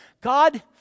God